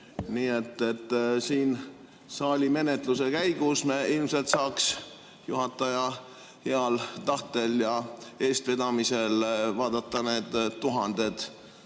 Nii et siin saalis menetluse käigus me ilmselt saaks juhataja heal tahtel ja eestvedamisel vaadata need tuhanded